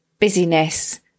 busyness